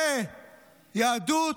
זו יהדות?